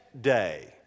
day